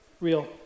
real